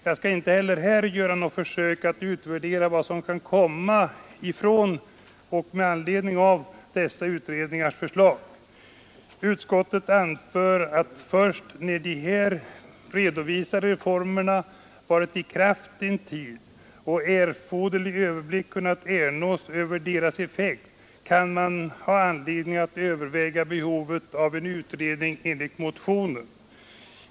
Jag skall inte heller här göra något försök att utvärdera vad som kan bli resultatet av dessa utredningars förslag. Utskottet anför att man först när de här redovisade reformerna varit i kraft en tid och erforderlig överblick kunnat ernås över deras effekt kan ha anledning att överväga behovet av en utredning enligt vad som föreslås i motionen.